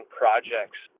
projects